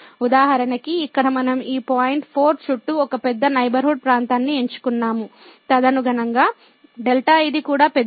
ఉదాహరణకు ఇక్కడ మనం ఈ పాయింట్ 4 చుట్టూ ఒక పెద్ద నైబర్హుడ్ ప్రాంతాన్ని ఎంచుకున్నాము తదనుగుణంగా δ ఇది కూడా పెద్దది